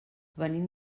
venim